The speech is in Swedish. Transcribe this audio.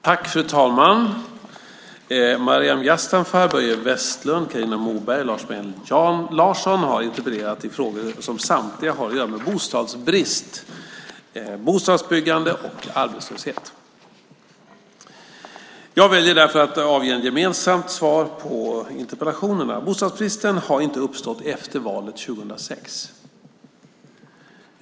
Fru talman! Maryam Yazdanfar, Börje Vestlund, Carina Moberg samt Lars Mejern Larsson har interpellerat i frågor som samtliga har att göra med bostadsbrist, bostadsbyggande och arbetslöshet. Jag väljer därför att avge ett gemensamt svar på interpellationerna. Bostadsbristen har inte uppstått efter valet 2006.